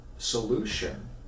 solution